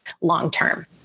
long-term